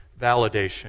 validation